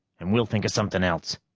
and we'll think of something else.